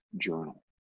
journal